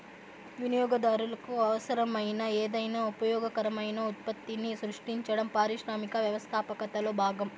వినియోగదారులకు అవసరమైన ఏదైనా ఉపయోగకరమైన ఉత్పత్తిని సృష్టించడం పారిశ్రామిక వ్యవస్థాపకతలో భాగం